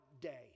day